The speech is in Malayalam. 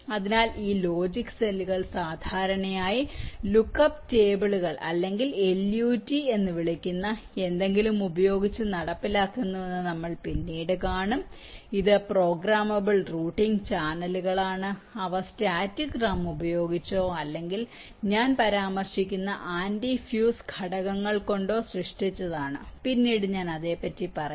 അതിനാൽ ഈ ലോജിക് സെല്ലുകൾ സാധാരണയായി ലുക്ക്അപ്പ് ടേബിളുകൾ അല്ലെങ്കിൽ LUT എന്ന് വിളിക്കുന്ന എന്തെങ്കിലും ഉപയോഗിച്ച് നടപ്പിലാക്കുന്നുവെന്ന് നമ്മൾ പിന്നീട് കാണും ഇത് പ്രോഗ്രാമബിൾ റൂട്ടിംഗ് ചാനലുകളാണ് അവ സ്റ്റാറ്റിക് റാം ഉപയോഗിച്ചോ അല്ലെങ്കിൽ ഞാൻ പരാമർശിക്കുന്ന ആന്റി ഫ്യൂസ് ഘടകങ്ങൾ ഉപയോഗിച്ചോ സൃഷ്ടിച്ചതാണ് പിന്നീട് ഞാൻ അതേപ്പറ്റി പറയാം